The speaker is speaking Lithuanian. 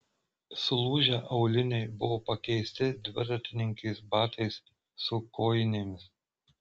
sulūžę auliniai buvo pakeisti dviratininkės batais su kojinėmis